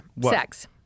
Sex